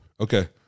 Okay